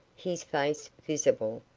his face visible,